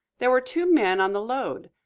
there were two men on the load.